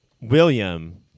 William